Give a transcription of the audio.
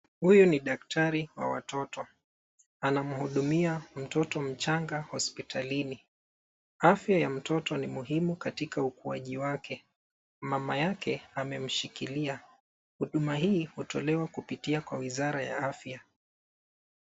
Huyu ni daktari wa watoto. Anamhudumia mtoto mchanga hospitalini. Afya ya mtoto ni muhimu katika ukuaji wake. Mama yake ameshikilia. Huduma hii hutolewa kupitia kwa wizara ya afya.